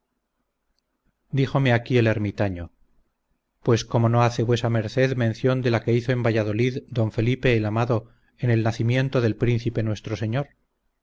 díjome aquí el ermitaño pues cómo no hace vuesa merced mención de la que hizo en valladolid don felipe el amado en el nacimiento del príncipe nuestro señor